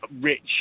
rich